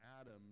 Adam